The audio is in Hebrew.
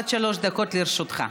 עד שלוש דקות לרשותך.